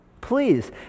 Please